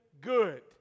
good